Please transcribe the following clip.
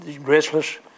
restless